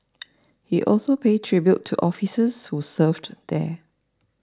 he also paid tribute to officers who served there